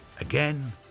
Again